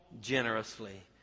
generously